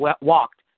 walked